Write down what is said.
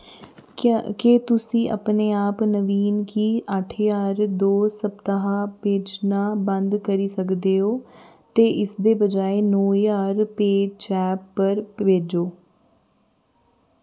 क्या के तुसी अपने आप नवीन कि अट्ठ ज्हार दो सप्ताह भेजना बंद करी सकदे ओ ते इसदे बजाए नौ ज्हार पे जैप पर भेजो